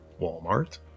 Walmart